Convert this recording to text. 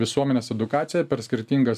visuomenės edukacija per skirtingas